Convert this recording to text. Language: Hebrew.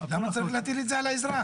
למה צריך להטיל את זה על האזרח?